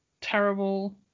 terrible